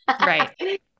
right